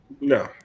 No